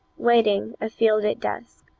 waiting afield at dusk